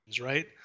right